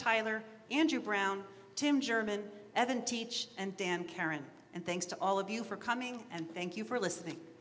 tyler andrew brown tim german evan teach and dan karen and thanks to all of you for coming and thank you for listening